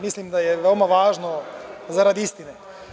Mislim da je veoma važno, zarad istine.